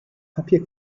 papier